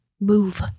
move